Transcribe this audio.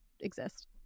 Exist